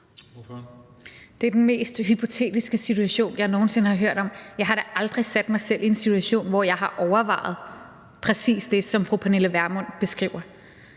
Det er den mest hypotetiske situation, jeg nogen sinde har hørt om. Jeg har da aldrig sat mig selv i en situation, hvor jeg har overvejet præcis det, som fru Pernille Vermund beskriver.